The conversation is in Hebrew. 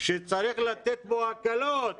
שצריך לתת בו הקלות,